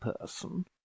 person